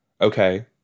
okay